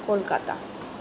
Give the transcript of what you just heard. Kolkata